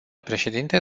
președinte